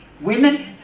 Women